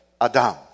Adam